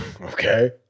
Okay